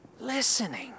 Listening